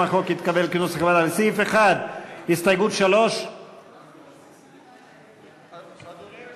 אני קובע כי גם הסתייגות מס' 2 לא התקבלה.